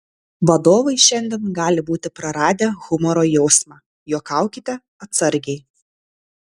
vadovai šiandien gali būti praradę humoro jausmą juokaukite atsargiai